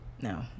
No